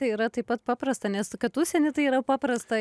tai yra taip pat paprasta nes kad užsieny tai yra paprasta